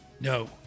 No